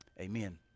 amen